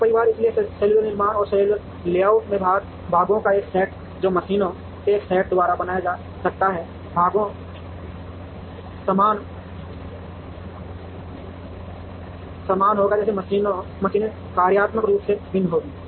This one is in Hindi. भाग परिवार इसलिए सेलुलर निर्माण और सेलुलर लेआउट में भागों का एक सेट जो मशीनों के एक सेट द्वारा बनाया जा सकता है भागों समान होगा जैसे मशीनें कार्यात्मक रूप से भिन्न होंगी